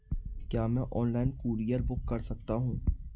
क्या मैं online courier book कर सकता हूँ?